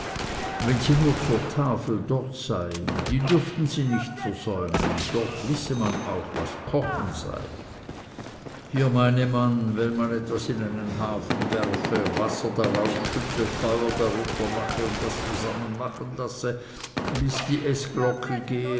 wenn sie nur zur tafel dort seien die dürften sie nicht versäumen dort wisse man auch was kochen sei hier meine man wenn man etwas in einen hafen werfe wasser darauf schütte feuer darunter mache und das zusammen machen lasse bis die